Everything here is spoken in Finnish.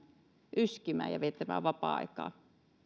yskimään ja viettämään vapaa aikaa